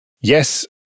Yes